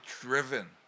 driven